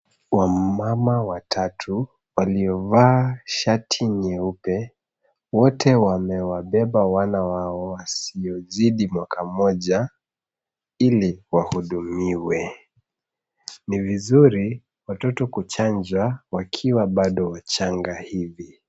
Wamama watatu, waliovaa shati nyeupe, wote wamewabeba wana wao wasiozidi mwaka moja, ili wahudumiwe. Ni vizuri watoto kuchanjwa wakiwa bado wachanga hivi.